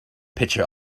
pitcher